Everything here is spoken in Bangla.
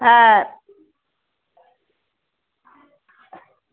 হ্যাঁ